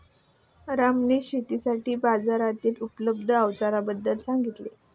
रामने शेतीसाठी बाजारातील उपलब्ध अवजारांबद्दल सांगितले